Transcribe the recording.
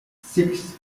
six